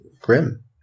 Grim